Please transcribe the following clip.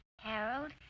Harold